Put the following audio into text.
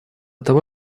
того